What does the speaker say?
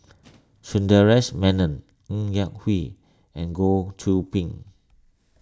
Sundaresh Menon Ng Yak Whee and Goh Qiu Bin